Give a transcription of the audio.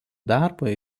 darbo